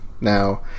now